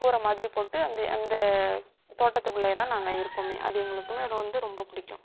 கூரை மாதிரி போட்டு அந்த அந்த தோட்டத்துக்குள்ளேயேதான் நாங்கள் இருப்போமே அது எங்களுக்குமே அது வந்து ரொம்ப பிடிக்கும்